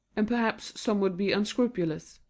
and perhaps some would be unscrupulous.